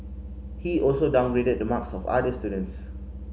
he also downgraded the marks of other students